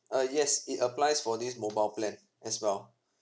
uh yes it applies for this mobile plan as well